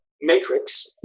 matrix